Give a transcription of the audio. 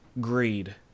greed